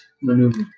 maneuver